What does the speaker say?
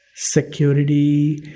security,